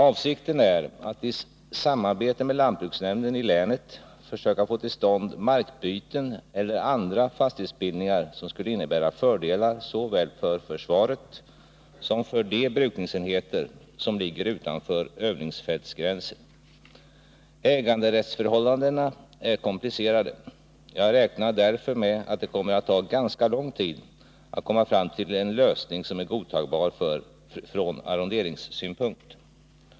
Avsikten är att i samarbete med lantbruksnämnden i länet försöka få till stånd markbyten eller andra fastighetsbildningar som skulle innebära fördelar såväl för försvaret som för de brukningsenheter som ligger utanför övningsfältsgränsen. Äganderättsförhållandena är komplicerade. Jag räknar därför med att det kommer att ta ganska lång tid att nå fram till en lösning som är godtagbar från arronderingssynpunkt.